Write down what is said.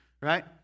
right